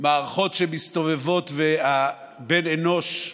מערכות שמסתובבות, ובן האנוש,